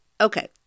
Okay